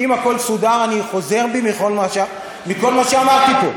אם הכול סודר, אני חוזר בי מכל מה שאמרתי קודם.